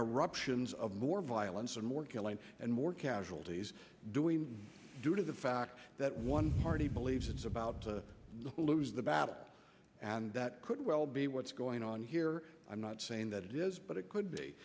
ins of more violence and more killing and more casualties doing due to the fact that one party believes it's about to lose the battle and that could well be what's going on here i'm not saying that it is but it could be